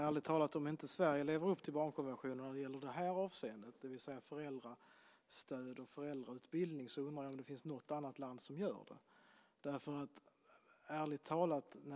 Fru talman! Om inte Sverige lever upp till barnkonventionen när det gäller det här avseendet, det vill säga föräldrastöd och föräldrautbildning, undrar jag om det finns något land som gör det.